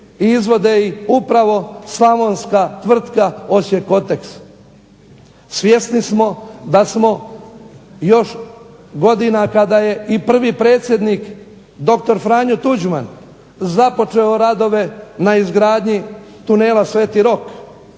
i izvode ih upravo slavonska Tvrtka "Osijek Koteks". Svjesni smo da smo još godina kada je i prvi predsjednik dr. Franjo Tuđman započeo radove na izgradnji Tunela sv. Rok